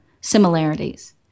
similarities